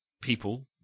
people